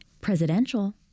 presidential